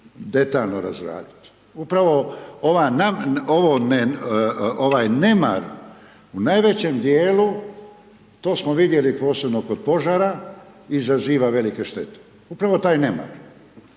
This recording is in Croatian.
detaljno razraditi. Upravo ovo nemar u najvećem dijelu, to smo vidjeli posebno kod požara, izaziva velike štete. Upravo taj nemar.